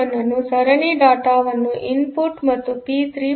1 ಅನ್ನುಸರಣಿ ಡೇಟಾವನ್ನು ಇನ್ಪುಟ್ ಮತ್ತು ಪಿ 3